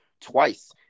twice